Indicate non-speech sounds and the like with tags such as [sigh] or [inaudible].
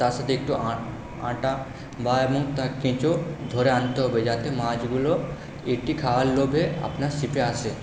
তার সাথে একটু আটা বা [unintelligible] কেঁচো ধরে আনতে হবে যাতে মাছগুলো এটি খাওয়ার লোভে আপনার ছিপে আসে